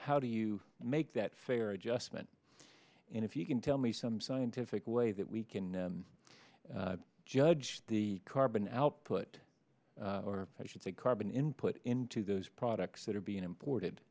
how do you make that fair adjustment and if you can tell me some scientific way that we can judge the carbon output or i should say carbon input into those products that are being imported